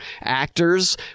actors